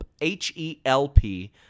H-E-L-P